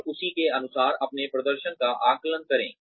और उसी के अनुसार अपने प्रदर्शन का आकलन करें